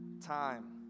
time